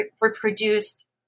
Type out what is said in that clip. reproduced